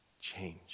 change